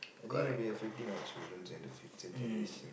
I think it'll be affecting our children and the future generations